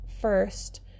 first